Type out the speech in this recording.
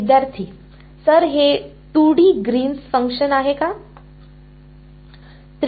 विद्यार्थी सर हे 2 D Green's function function आहे का